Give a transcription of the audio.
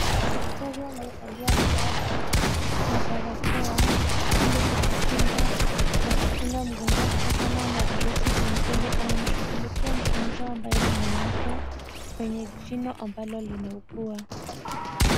Daktari aliyevalia glavu na barakoa ili kujikinga na kukinga mgonjwa kutokana na virusi vingine. Anamshughulikia mgonjwa ambaye ni mwanamke kwenye jino ambalo linaugua.